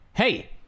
Hey